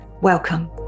Welcome